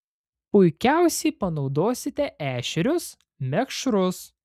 puikiausiai panaudosite ešerius mekšrus